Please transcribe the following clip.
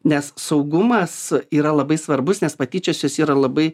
nes saugumas yra labai svarbus nes patyčios jos yra labai